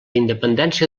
independència